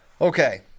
Okay